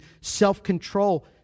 self-control